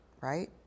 right